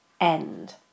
end